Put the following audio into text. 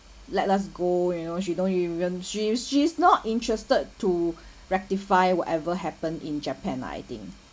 let us go you know she don't even she she's not interested to rectify whatever happened in japan lah I think